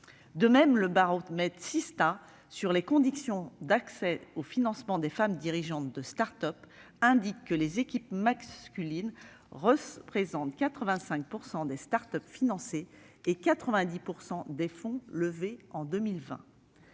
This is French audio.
De même, le baromètre Sista sur les conditions d'accès au financement des femmes dirigeantes de start-up indique que les équipes masculines représentent 85 % des start-up financées et 90 % des fonds levés en 2020.